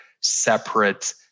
separate